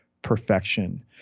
perfection